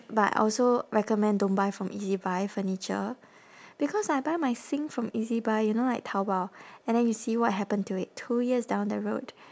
but also recommend don't buy from ezbuy furniture because I buy my sink from ezbuy you know like taobao and then you see what happened to it two years down the road